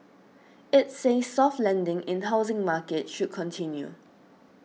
it says soft landing in housing market should continue